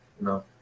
No